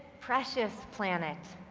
precious planet.